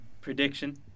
prediction